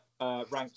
ranked